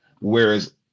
whereas